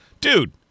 Dude